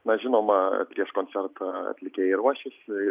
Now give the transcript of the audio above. na žinoma prieš koncertą atlikėjai ruošiasi